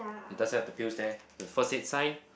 it doesn't have the pills there the first aid sign